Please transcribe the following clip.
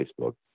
Facebook